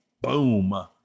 boom